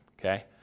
okay